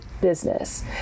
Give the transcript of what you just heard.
business